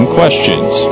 Questions